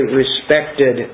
respected